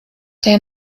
der